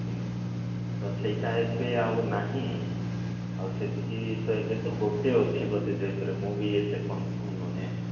କିନ୍ ତ ସେଇଟା ଏବେ ଆଉ ନାହିଁ ଆଉ ସେଇଠି ତ ଏବେ ତ ଗୋଟେ ଅଛି ବୋଧେ ଜୟପୁରେ ମୁଁ ବି ଏତେ କନ୍ଫର୍ମ ନୁହେଁ